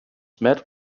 met